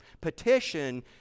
Petition